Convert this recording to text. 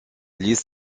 liste